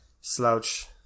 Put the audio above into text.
slouch